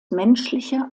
menschliche